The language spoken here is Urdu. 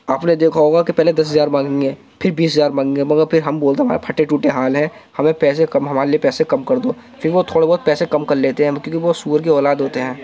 آپ نے دیکھا ہوگا کہ پہلے دس ہزار مانگیں گے پھر بیس ہزار مانگیں گے مگر پھر ہم بولتے ہیں ہمارے پھٹے ٹوٹے حال ہیں ہمیں پیسے کم ہمارے لیے پیسے کم کر دو پھر وہ تھوڑے بہت پیسے کم کر لیتے ہیں کیونکہ وہ سور کی اولاد ہوتے ہیں